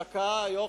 דקה, יוחנן.